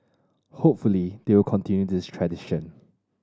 hopefully they will continue this tradition